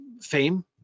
fame